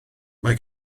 mae